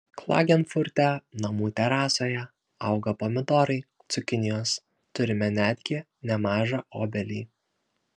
klagenfurte namų terasoje auga pomidorai cukinijos turime netgi nemažą obelį